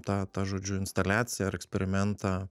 tą tą žodžiu instaliaciją ar eksperimentą